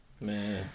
Man